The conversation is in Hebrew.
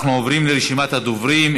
אנחנו עוברים לרשימת הדוברים.